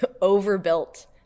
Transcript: overbuilt